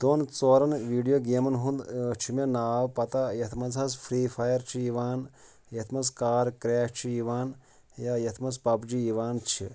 دۄن ژورَن ویٖڈیو گیمَن ہُنٛد چھُ مےٚ ناو پَتاہ یَتھ منٛز حظ فرٛی فایر چھُ یِوان یَتھ منٛز کار کرٛیش چھُ یِوان یا یَتھ منٛز پَب جی یِوان چھِ